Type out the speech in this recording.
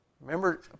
Remember